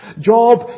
Job